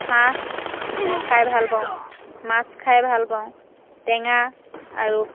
হাঁহ খাই ভাল পাওঁ মাছ খাই ভাল পাওঁ টেঙা আৰু